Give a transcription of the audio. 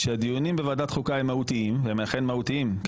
שהדיונים בוועדת חוקה הם מהותיים והם אכן מהותיים כי